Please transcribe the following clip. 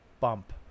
bump